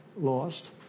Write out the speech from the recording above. lost